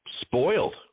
Spoiled